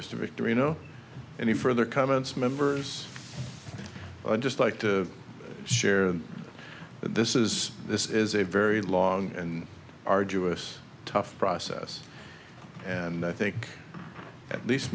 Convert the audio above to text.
mr victory no any further comments members just like to share this is this is a very long and arduous tough process and i think at least